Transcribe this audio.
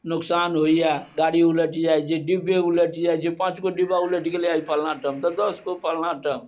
नुकसान होइया गाड़ी उलटि जाइ छै डिब्बे उलटि जाइ छै पाँच गो डिबा उलटि गेलै आइ फलना ठाम दस गो फलना ठाम